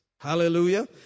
Hallelujah